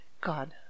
god